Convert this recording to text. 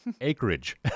Acreage